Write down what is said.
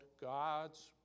God's